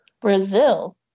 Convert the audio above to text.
Brazil